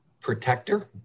protector